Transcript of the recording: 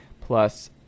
plus